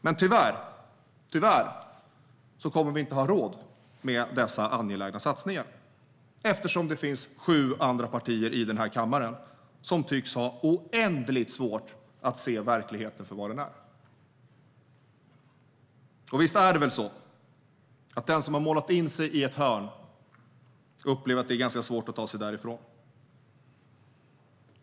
Men tyvärr kommer vi inte att ha råd med dessa angelägna satsningar, eftersom det finns sju andra partier i den här kammaren som tycks ha oändligt svårt att se verkligheten för vad den är. Och visst är det väl så att den som har målat in sig i ett hörn upplever att det är svårt att ta sig därifrån.